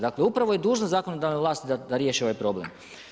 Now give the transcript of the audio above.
Dakle, upravo je dužnost zakonodavne vlasti da riješi ovaj problem.